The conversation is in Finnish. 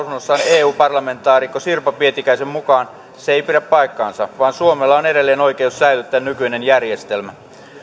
eu parlamentaarikko sirpa pietikäisen antama lausunto jonka mukaan se ei pidä paikkaansa vaan suomella on edelleen oikeus säilyttää nykyinen järjestelmä